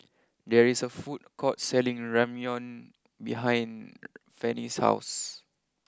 there is a food court selling Ramyeon behind Fannie's house